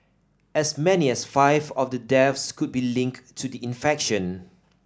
as many as five of the deaths could be linked to the infection